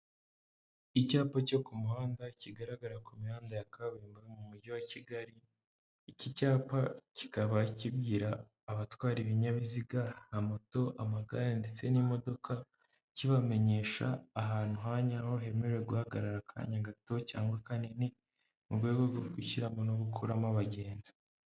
Icyapa cyo ku muhanda kigaragara ku mihanda ya kaburimboga yo mu mujyi wa Kigali, iki cyapa kikaba kibwira abatwara ibinyabiziga na moto, amagare ndetse n'imodoka kibamenyesha ahantu ha nyaho hemerewe guhagarara akanya gato cyangwa kanini mu rwego rwo gushyiramo no gukuramo abagenzi.